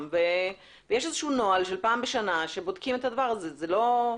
ויש נוהל של פעם בשנה לבדיקה שלהם.